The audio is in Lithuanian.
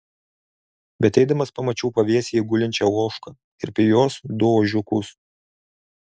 bet eidamas pamačiau pavėsyje gulinčią ožką ir prie jos du ožiukus